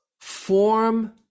form